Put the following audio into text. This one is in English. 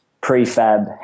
prefab